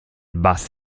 bus